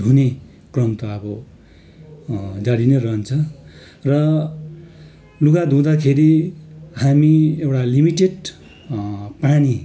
धुने क्रम त अब जारी नै रहन्छ र लुगा धुदाँखेरि हामी एउटा लिमिटेट पानी